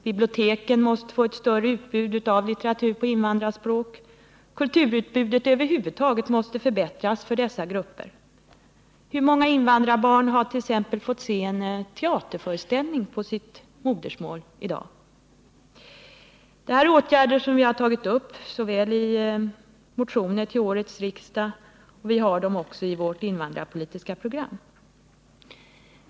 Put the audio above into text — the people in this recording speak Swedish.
Biblioteken måste få ett större utbud av litteratur på invandrarspråk, och kulturutbudet över huvud taget måste förbättras för dessa grupper. Hur många invandrarbarn har t.ex. fått se en teaterföreställning på sitt modersmål? Det här är åtgärder som vi tagit upp i motioner till årets riksmöte, och vi har dem också i vårt invandrarpolitiska program.